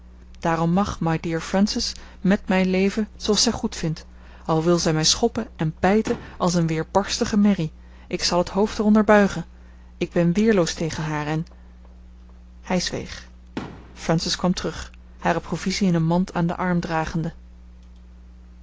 daarom mag my dear francis met mij leven zooals zij goedvindt al wil zij mij schoppen en bijten als eene weerbarstige merrie ik zal het hoofd er onder buigen ik ben weerloos tegen haar en hij zweeg francis kwam terug hare provisie in een mand aan den arm dragende